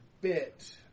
bit